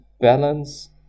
balance